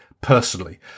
personally